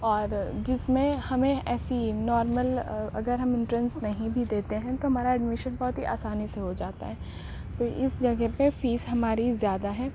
اور جس میں ہمیں ایسی نارمل اگر ہم انٹرنس نہیں بھی دیتے ہیں تو ہمارا ایڈمیشن بہت ہی آسانی سے ہو جاتا ہے تو اس جگہ پہ فیس ہماری زیادہ ہے